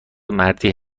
مردی